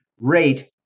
rate